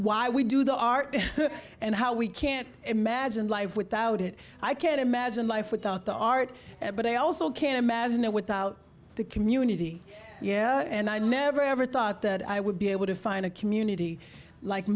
why we do the art and how we can't imagine life without it i can't imagine life without the art but i also can't imagine it without the community yeah and i never ever thought that i would be able to find a community like